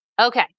Okay